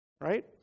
right